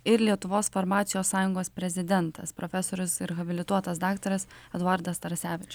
ir lietuvos farmacijos sąjungos prezidentas profesorius habilituotas daktaras eduardas tarasevič